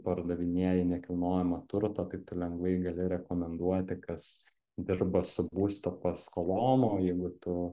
pardavinėji nekilnojamą turtą tai tu lengvai gali rekomenduoti kas dirba su būsto paskolom o jeigu tu